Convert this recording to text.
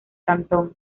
cantón